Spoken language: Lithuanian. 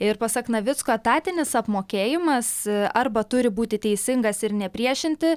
ir pasak navicko etatinis apmokėjimas arba turi būti teisingas ir nepriešinti